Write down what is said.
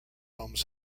homes